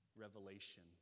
revelation